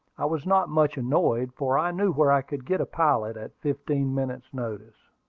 i was not much annoyed, for i knew where i could get a pilot at fifteen minutes' notice.